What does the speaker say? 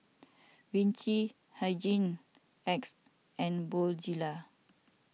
Vichy Hygin X and Bonjela